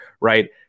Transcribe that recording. right